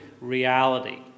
reality